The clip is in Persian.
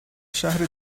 شهر